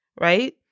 right